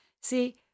See